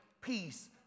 peace